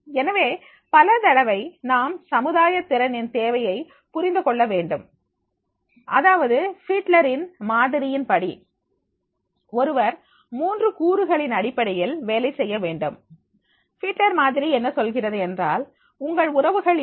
எனவே பலதடவை நாம் சமுதாய திறனின் தேவையை புரிந்து கொள்ள வேண்டும் அதாவது பிஃட்லரின் மாதிரியின்படி ஒருவர் மூன்று கூறுகளின் அடிப்படையில் வேலை செய்ய வேண்டும் பிஃட்லர் மாதிரி என்ன சொல்கிறது என்றால் உங்கள் உறவுகள் என்ன